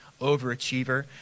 overachiever